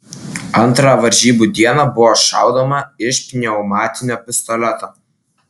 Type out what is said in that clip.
antrą varžybų dieną buvo šaudoma iš pneumatinio pistoleto